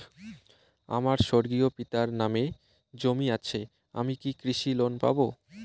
আমার স্বর্গীয় পিতার নামে জমি আছে আমি কি কৃষি লোন পাব?